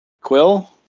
Quill